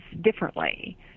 differently